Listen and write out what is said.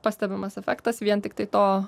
pastebimas efektas vien tiktai to